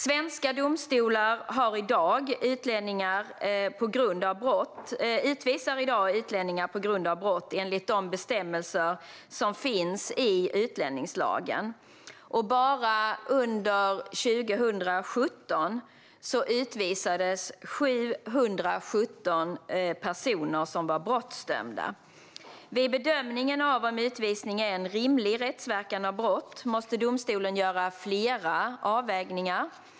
Svenska domstolar utvisar i dag utlänningar på grund av brott enligt de bestämmelser som finns i utlänningslagen. Bara under 2017 utvisades 717 personer som var brottsdömda. Vid bedömningen av om utvisning är en rimlig rättsverkan av brott måste domstolen göra flera avvägningar.